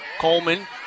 Coleman